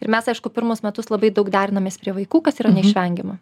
ir mes aišku pirmus metus labai daug derinamės prie vaikų kas yra neišvengiama